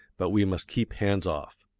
but we must keep hands off.